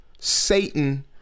Satan